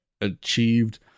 achieved